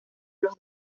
los